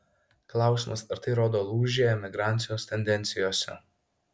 klausimas ar tai rodo lūžį emigracijos tendencijose